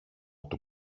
του